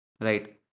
right